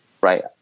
right